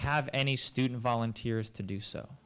have any student volunteers to do so